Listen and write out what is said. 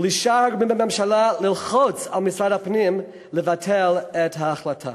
ולשאר הגורמים בממשלה ללחוץ על משרד הפנים לבטל את ההחלטה.